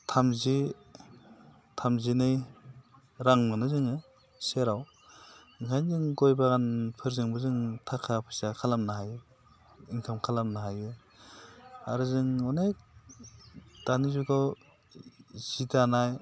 थामजि थामजिनै रां मोनो जोङो सेराव ओंखायनो जों गय बागानफोरजोंबो जों थाखा फैसा खालामनो हायो इन्काम खालामनो हायो आरो जों अनेख दानि जुगाव जि दानाय